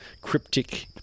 cryptic